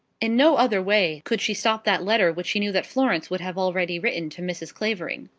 in no other way could she stop that letter which she knew that florence would have already written to mrs. clavering.